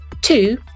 Two